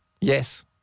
Yes